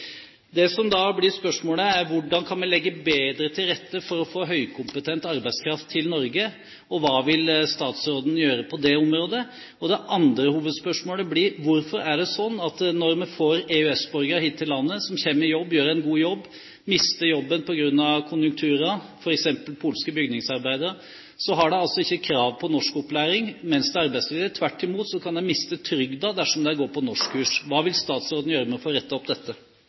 Det som da blir spørsmålet, er: Hvordan kan vi legge bedre til rette for å få høykompetent arbeidskraft til Norge, og hva vil statsråden gjøre på det området? Det andre hovedspørsmålet blir: Hvorfor er det slik at når vi får EØS-borgere hit til landet som kommer i jobb, gjør en god jobb og mister jobben på grunn av konjunkturer, f.eks. polske bygningsarbeidere, har de ikke krav på norskopplæring mens de er arbeidsledige? Tvert imot kan de miste trygden dersom de går på norskkurs. Hva vil statsråden gjøre med å få rettet opp dette?